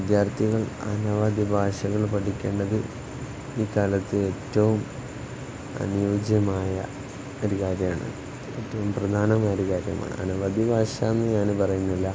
വിദ്യാർത്ഥികൾ അനവധി ഭാഷകൾ പഠിക്കേണ്ടത് ഈ കാലത്ത് ഏറ്റവും അനുയോജ്യമായ ഒരു കാര്യമാണ് ഏറ്റവും പ്രധാനമായ ഒരു കാര്യമാണ് അനവധി ഭാഷ എന്ന് ഞാൻ പറയുന്നില്ല